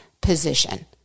position